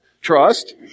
Trust